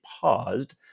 paused